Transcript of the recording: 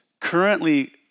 currently